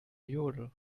yodel